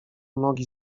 nogi